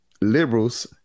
Liberals